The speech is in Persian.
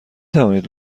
توانید